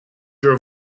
your